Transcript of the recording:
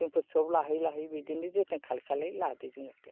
जोंफोर सब लाहै लाहै बिदिनो जोथोन खालाय खालाय लादो जोङो दे